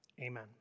amen